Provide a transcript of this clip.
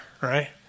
Right